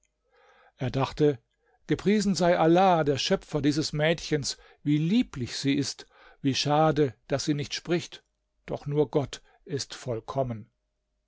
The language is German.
er dachte gepriesen sei allah der schöpfer dieses mädchens wie lieblich ist sie wie schade daß sie nicht spricht doch nur gott ist vollkommen